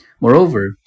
Moreover